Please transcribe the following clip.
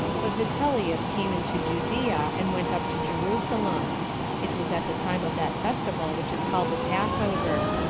but vitellius came into judea, and went up to jerusalem it was at the time of that festival which is called the passover.